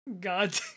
God